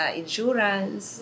insurance